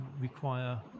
require